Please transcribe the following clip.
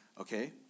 okay